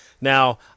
Now